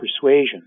persuasion